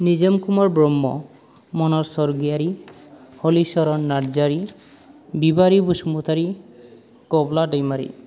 निजोम कुमार ब्रह्म मनज सर्गियारी हलिचरन नार्जारी बिबारि बसुमतारी गब्ला दैमारि